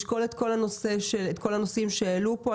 לשקול את כל הנושאים שהעלו פה.